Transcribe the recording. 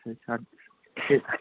ਸੱਤ ਛੇ ਕ